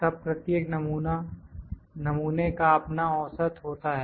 तब प्रत्येक नमूने का अपना औसत होता है